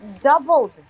doubled